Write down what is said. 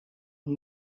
een